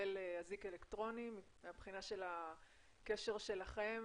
מקבל אזיק אלקטרוני מבחינת הקשר אליכם